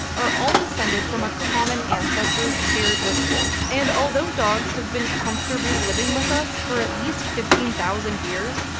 are all descended from a common ancestor shared with wolves. and although dogs have been comfortably living with us for at least fifteen thousand years,